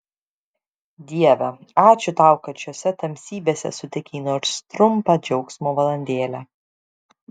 dieve ačiū tau kad šiose tamsybėse suteikei nors trumpą džiaugsmo valandėlę